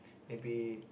maybe